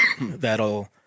that'll